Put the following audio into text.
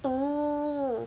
oh